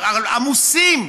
עמוסים,